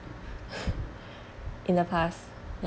in the past ya